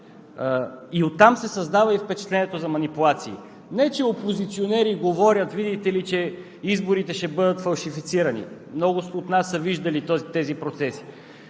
и оттам се създава впечатлението за манипулации. Не че опозиционери говорят, че, видите ли, изборите ще бъдат фалшифицирани – много от нас са виждали тези процеси